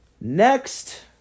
Next